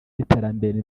n’iterambere